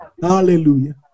Hallelujah